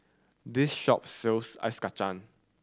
this shop sells Ice Kachang